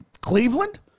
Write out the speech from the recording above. Cleveland